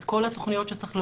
את כל התוכניות שצריך להוסיף,